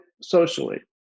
socially